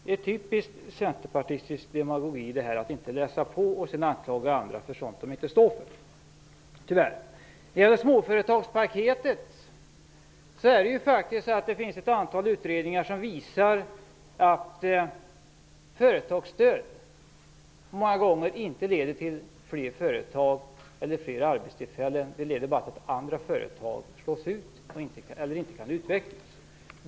Det är typisk centerpartistisk demagogi att inte läsa på och sedan anklaga andra för sådant de inte står för. Det finns ett antal utredningar som visar att företagsstöd många gånger inte leder till fler företag eller arbetstillfällen. Det leder bara till att andra företag slås ut eller inte kan utvecklas.